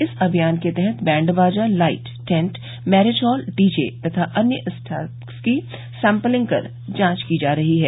इस अमियान के तहत बैंडबाजा light tent marriage hall DJ तथा अन्य स्टाफ की सैम्पलिंग कर जांच की जा रही है